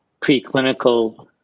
preclinical